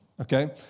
Okay